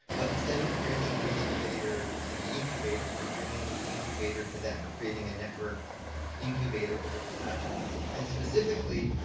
but instead of bringing the innovator to the incubator, we're bringing the incubator to them. we're creating a networked incubator over this lab network. and specifically,